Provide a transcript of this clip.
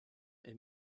est